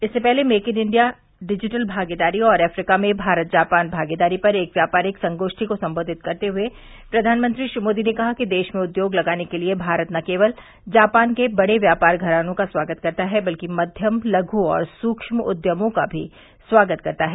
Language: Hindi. इससे पहले मेक इन इंडिया डिजिटल भागीदारी और अफ्रीका में भारत जापान भागीदारी पर एक व्यापारिक संगोष्ठी को सम्बोधित करते हुए प्रधानमंत्री श्री मोदी ने कहा कि देश में उद्योग लगाने के लिए भारत न केवल जापान के बड़े व्यापार घरानों का स्वागत करता है बल्कि मक्यम लघू और सूक्म उद्यमों का भी स्वागत करता है